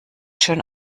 schön